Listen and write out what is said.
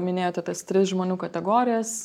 minėjote tas tris žmonių kategorijas